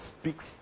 speaks